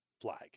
flag